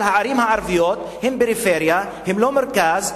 אבל הערים הערביות הן פריפריה, הן לא מרכז.